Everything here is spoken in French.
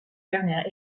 dernière